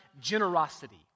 generosity